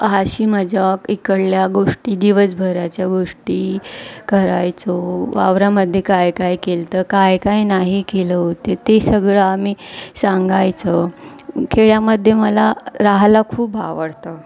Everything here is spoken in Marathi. अशी मजाक इकडल्या गोष्टी दिवसभराच्या गोष्टी करायचो वावरामध्ये काय काय केलं होतं काय काय नाही केलं होते ते सगळं आम्ही सांगायचं खेड्यामध्ये मला राहायला खूप आवडतं